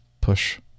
push